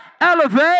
Elevate